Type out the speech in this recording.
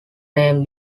name